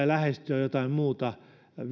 lähestyä jotain